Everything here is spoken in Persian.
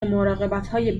مراقبتهای